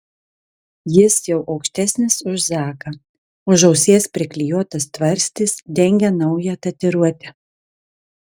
jis jau aukštesnis už zaką už ausies priklijuotas tvarstis dengia naują tatuiruotę